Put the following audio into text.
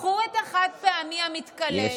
קחו את החד-פעמי המתכלה,